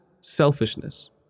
selfishness